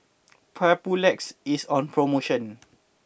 Papulex is on promotion